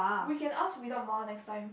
we can ask without ma next time